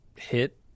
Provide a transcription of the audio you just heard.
hit